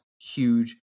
huge